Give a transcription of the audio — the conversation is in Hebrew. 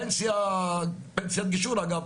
פנסיית גישור אגב,